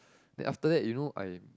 then after that you know I'm